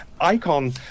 icon